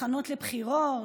הכנות לבחירות,